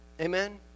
Amen